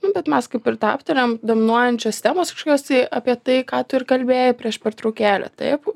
nu bet mes kaip ir tą aptarėm dominuojančios temos kažkokios tai apie tai ką tu ir kalbėjai prieš pertraukėlę taip